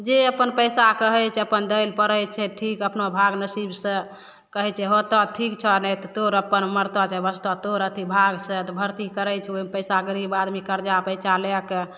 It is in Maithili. जे अपन पइसा कहै छै अपन दै ले पड़ै छै ठीक अपना भाग नसीबसे कहै छै होतऽ ठीक छौ नहि तऽ तोर अपन मरतऽ चाहे बचतऽ तोर अथी भागसे तऽ भरती करै छौ पइसा गरीब आदमी करजा पैँचा लैके